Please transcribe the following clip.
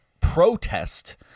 protest